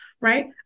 right